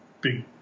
big